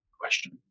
question